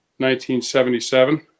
1977